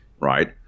right